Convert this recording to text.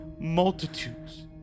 multitudes